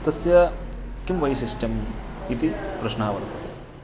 तस्य किं वैशिष्ट्यम् इति प्रश्नः वर्तते